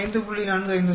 8 5